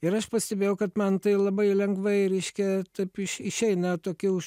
ir aš pastebėjau kad man tai labai lengvai reiškia taip iš išeina tokie už